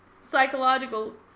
psychological